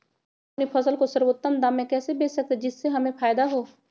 हम अपनी फसल को सर्वोत्तम दाम में कैसे बेच सकते हैं जिससे हमें फायदा हो?